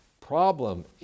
problem